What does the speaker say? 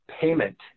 payment